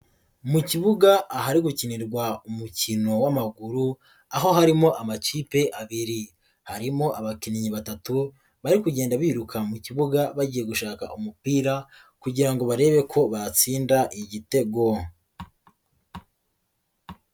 Mu kibuga ahari gukinirwa umukino w'amaguru aho harimo amakipe abiri, harimo abakinnyi batatu bari kugenda biruka mu kibuga bagiye gushaka umupira kugira barebe ko batsinda igitego.